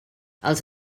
els